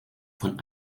von